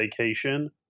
vacation